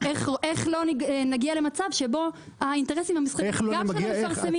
איך נגיע למצב שהאינטרסים המסחריים גם של המפרסמים